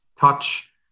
touch